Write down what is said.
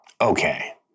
Okay